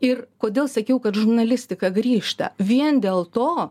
ir kodėl sakiau kad žurnalistika grįžta vien dėl to